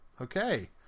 Okay